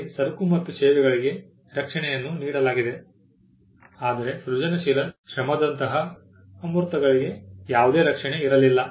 ನಮಗೆ ಸರಕು ಮತ್ತು ಸೇವೆಗಳಿಗೆ ರಕ್ಷಣೆಯನ್ನು ನೀಡಲಾಗಿದೆ ಆದರೆ ಸೃಜನಶೀಲ ಶ್ರಮದಂತಹ ಅಮೂರ್ತಗಳಿಗೆ ಯಾವುದೇ ರಕ್ಷಣೆ ಇರಲಿಲ್ಲ